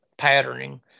patterning